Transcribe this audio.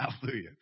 Hallelujah